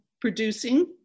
producing